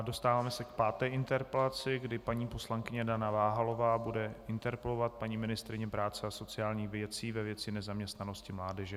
Dostáváme se k páté interpelaci, kdy paní poslankyně Dana Váhalová bude interpelovat paní ministryni práce a sociálních věcí ve věci nezaměstnanosti mládeže.